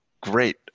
Great